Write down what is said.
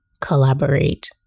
collaborate